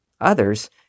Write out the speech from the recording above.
others